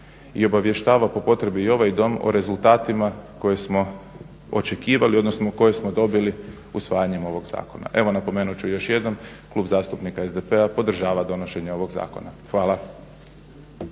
i obavještava po potrebi i ovaj dom o rezultatima koje smo očekivali, odnosno koje smo dobili usvajanjem ovog zakona. Evo, napomenut ću još jednom, Klub zastupnika SDP-a podržava donošenje ovog zakona. Hvala.